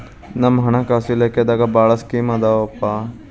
ನಮ್ ಹಣಕಾಸ ಇಲಾಖೆದಾಗ ಭಾಳ್ ಸ್ಕೇಮ್ ಆದಾವೊಪಾ